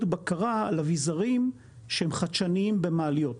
בקרה על אביזרים שהם חדשניים במעליות.